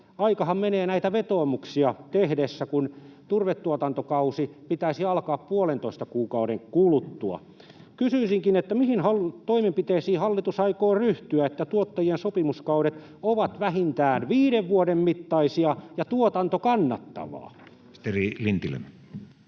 Aikahan menee näitä vetoomuksia tehdessä, kun turvetuotantokauden pitäisi alkaa puolentoista kuukauden kuluttua. Kysyisinkin: mihin toimenpiteisiin hallitus aikoo ryhtyä, niin että tuottajien sopimuskaudet ovat vähintään viiden vuoden mittaisia ja tuotanto kannattavaa? Ministeri Lintilä.